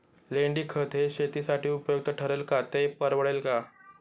लेंडीखत हे शेतीसाठी उपयुक्त ठरेल का, ते परवडेल का?